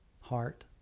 heart